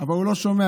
אבל הוא לא שומע.